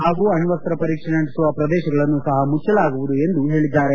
ಹಾಗೂ ಅಣ್ಣಸ್ನ ಪರೀಕ್ಷೆ ನಡೆಸುವ ಪ್ರದೇಶಗಳನ್ನು ಸಹ ಮುಚ್ಚಲಾಗುವುದು ಎಂದು ಹೇಳದ್ದರು